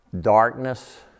Darkness